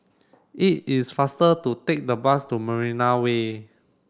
it is faster to take the bus to Marina Way